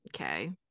okay